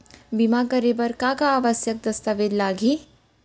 बीमा करे बर का का आवश्यक दस्तावेज लागही